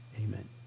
Amen